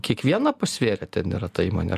kiekvieną pasvėrę ten yra tą įmonę ar